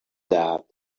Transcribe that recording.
that